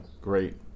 great